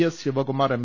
S Sivakumar M